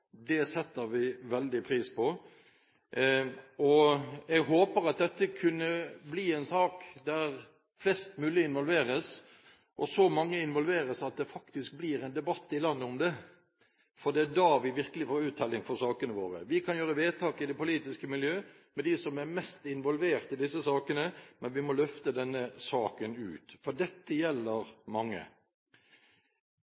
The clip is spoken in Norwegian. Det setter vi veldig pris på. Jeg håper dette kan bli en sak der flest mulig involveres, og at så mange involveres at det faktisk blir en debatt i landet om det. For det er da vi virkelig får uttelling for sakene våre. Vi kan gjøre vedtak i det politiske miljø, sammen med dem som er mest involvert i disse sakene, men vi må løfte denne saken ut, for dette gjelder